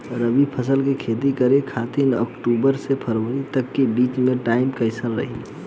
रबी फसल के खेती करे खातिर अक्तूबर से फरवरी तक के बीच मे टाइम कैसन रही?